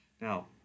Now